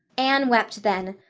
anne wept then,